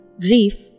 Grief